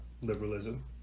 liberalism